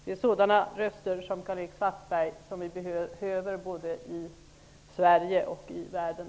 Det är sådana röster som Karl-Erik Svartbergs som vi behöver, både i Sverige och i världen.